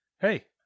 Hey